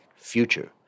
future